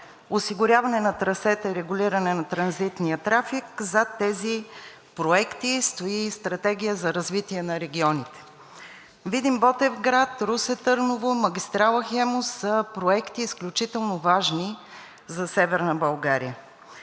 осигуряване на трасета и регулиране на транзитния трафик, зад тези проекти стои и стратегия за развитие на регионите. Видин – Ботевград, Русе – Търново, магистрала „Хемус“ са проекти изключително важни за Северна България.